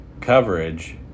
coverage